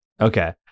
Okay